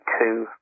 two